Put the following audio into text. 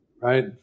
right